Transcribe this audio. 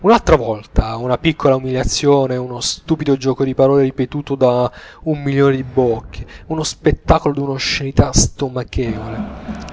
un'altra volta una piccola umiliazione uno stupido gioco di parole ripetuto da un milione di bocche uno spettacolo d'un'oscenità stomachevole